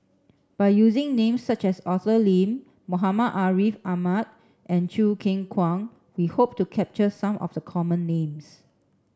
by using names such as Arthur Lim Muhammad Ariff Ahmad and Choo Keng Kwang we hope to capture some of the common names